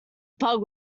bug